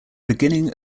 beginning